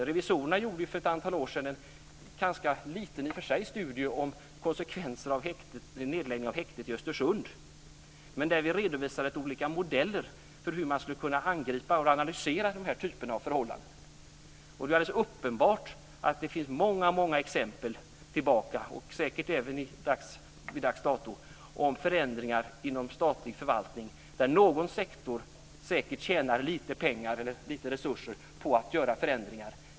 Revisorerna gjorde för ett antal år sedan en i och för sig ganska liten studie om konsekvenser av nedläggning av häktet i Östersund. Det redovisades olika modeller för hur man skulle kunna angripa och analysera dessa typer av förhållanden. Det är alldeles uppenbart att det finns många exempel längre tillbaka, och säkert också till dags dato, på förändringar inom statlig förvaltning där någon sektor säkert tjänar lite pengar eller lite resurser på att göra förändringar.